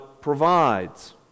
provides